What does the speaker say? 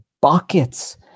buckets